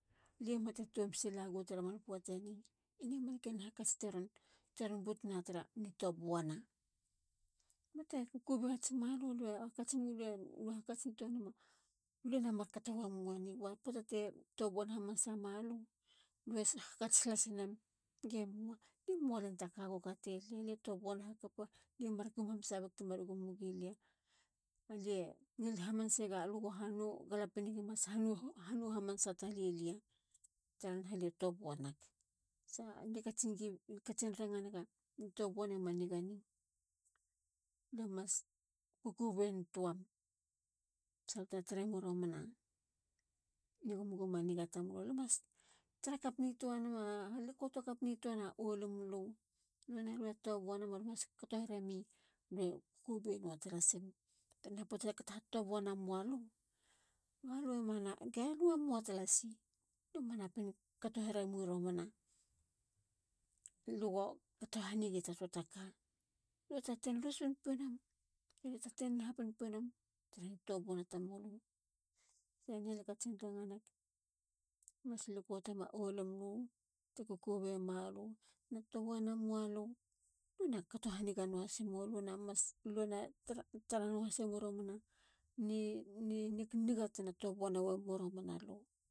Lie mate tom silago taramanpoateni. eni a manken hakats teron but na turu tobuana. bate kukube la hats malu. lue hakatsintoanema luenamar kato wamo eni. ba poata te tobuana hamanasa malu. galue hakats tlas nem ge mua. ali mua lem taka go katelia. li tobuana hakapa. lie mar gum hamanasa weg temar gumwigilia. tara naha alie tobuanag. sa lie katsin ranga nega ni tobuane manigane. lue mas kukuben tuam. salte taremo romana nigumguma niga tamlu. lue mas tara kap nitoa. likoto kapnitoana olimulu. nuana lue tobuanam alue mas kato heremi lue kukube nua talasim. tara naha. puata tekato hatobuana mowalu. galue moa talasi. lue taten rus pinpino. lue taten naha pinpinom tara ni tobuana tamulu. se ni. lie katsin ranga neg. lue mas likotema olimulu. te kukube malu. tena tobuana moalu. lue na kato haniga nua hasmo. lue ma tara nua hasemo romana ni nigniga tena tobuana wemo romana lu.